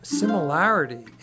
similarity